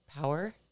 power